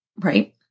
right